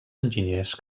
enginyers